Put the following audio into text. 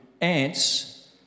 Ants